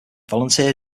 volunteer